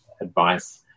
advice